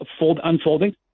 unfolding